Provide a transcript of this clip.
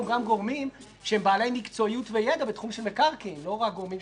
לא יכולתי להיות.